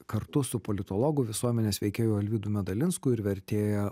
kartu su politologu visuomenės veikėju alvydu medalinsku ir vertėja